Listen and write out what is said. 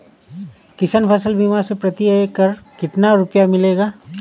किसान फसल बीमा से प्रति एकड़ कितना रुपया मिलेगा?